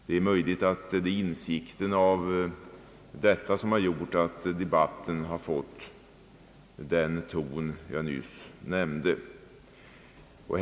Det är möjligt att det är insikten om detta som har gjort att debatten har fått den ton jag nyss nämnde.